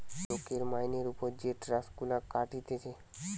লোকের মাইনের উপর যে টাক্স গুলা কাটতিছে